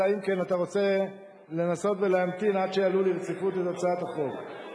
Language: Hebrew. אלא אם כן אתה רוצה לנסות להמתין עד שיעלו לרציפות את הצעת החוק.